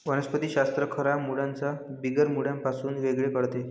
वनस्पति शास्त्र खऱ्या मुळांना बिगर मुळांपासून वेगळे करते